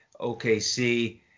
OKC